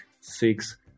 six